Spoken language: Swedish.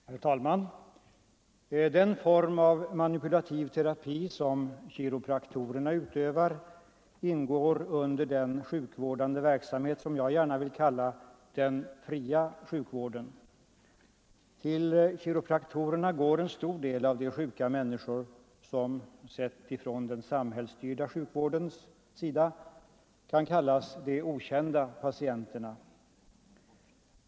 Herr talman! Den form av manipulativ terapi som kiropraktorerna utövar ingår under den sjukvårdande verksamhet som jag gärna vill kalla ”den fria sjukvården”. Till kiropraktorerna går en stor del av de sjuka människor som sett från den samhällsstyrda sjukvårdens sida kan kallas de okända patienterna.